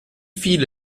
viele